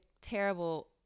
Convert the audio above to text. terrible